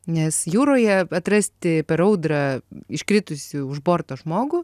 nes jūroje atrasti per audrą iškritusį už borto žmogų